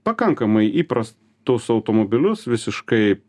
pakankamai įprastus automobilius visiškai